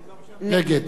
ישראל אייכלר,